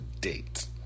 date